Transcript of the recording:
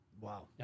wow